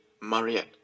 Mariette